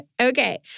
Okay